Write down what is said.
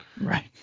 Right